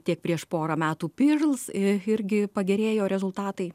tiek prieš porą metų pirls i irgi pagerėjo rezultatai